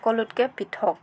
সকলোতকৈ পৃথক